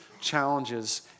challenges